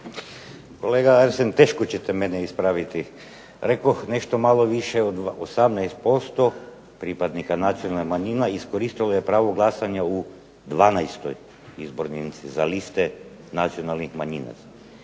govornik se ne razumije./ ... ispraviti. Rekoh nešto malo više od 18% pripadnika nacionalnih manjina iskoristilo je pravo glasanja u 12. izbornoj jedinici za liste nacionalnih manjina.